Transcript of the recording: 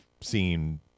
seen